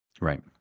right